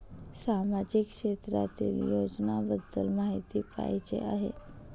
सामाजिक क्षेत्रातील योजनाबद्दल माहिती पाहिजे आहे?